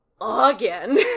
again